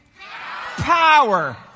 power